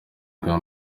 bwa